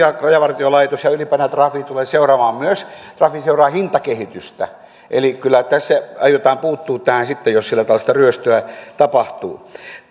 rajavartiolaitos ja ylimpänä trafi tulevat seuraamaan myös ja trafi seuraa hintakehitystä eli kyllä tässä aiotaan puuttua siihen sitten jos siellä tällaista ryöstöä tapahtuu